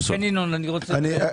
שני דברים.